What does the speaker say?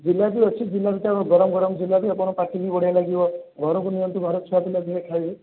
ଝିଲାପି ଅଛି ଝିଲାପିଟା ଏବେ ଗରମ ଗରମ ଝିଲାପି ଆପଣ ପାଟିକୁ ବଢ଼ିଆ ଲାଗିବ ଘରକୁ ନିଅନ୍ତୁ ଘରେ ଛୁଆ ପିଲା ବି ଖାଇବେ